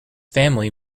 family